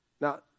Now